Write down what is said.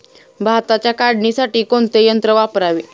भाताच्या काढणीसाठी कोणते यंत्र वापरावे?